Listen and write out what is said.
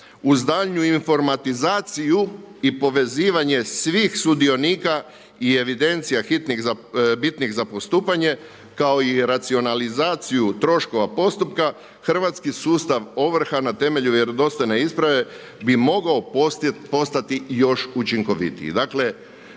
uz daljnju informatizaciju i povezivanje svih sudionika i evidencija bitnih za postupanje kao i racionalizaciju troškova postupka hrvatski sustav ovrha na temelju vjerodostojne isprave bi mogao postati još učinkovitiji.